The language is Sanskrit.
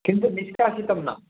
किन्तु निष्कासितं न